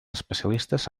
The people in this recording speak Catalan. especialistes